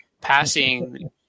passing